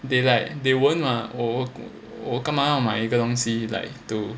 they like they weren't lah oh 我干嘛要买一个东西 like to